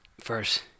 first